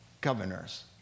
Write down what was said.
governors